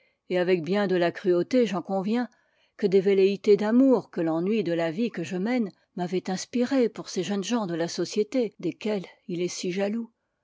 et avec bien de la cruauté j'en conviens que des velléités d'amour que l'ennui de la vie que je mène m'avait inspirées pour ces jeunes gens de la société desquels il est si jaloux